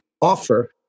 offer